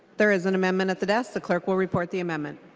there is an amendment at the desk. the clerk will report the amendment.